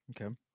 okay